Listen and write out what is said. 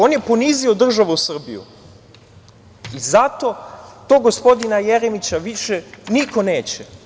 On je ponizio državu Srbiju i zato tog gospodina Jeremića više niko neće.